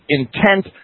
intent